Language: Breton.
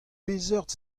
peseurt